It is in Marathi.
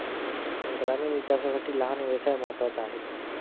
ग्रामीण विकासासाठी लहान व्यवसाय महत्त्वाचा आहे